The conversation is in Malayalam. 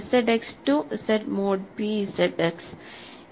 ZX to Z mod p Z X